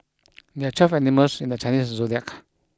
there are twelve animals in the Chinese zodiac